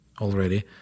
already